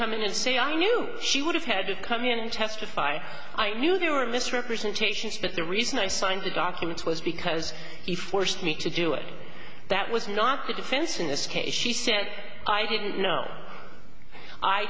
come in and say i knew she would have had to come in and testify i knew there were misrepresentations but the reason i signed the documents was because he forced me to do it that was not the defense in this case she said i didn't know i